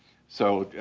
so,